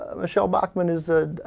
ah michelle bachman is ah.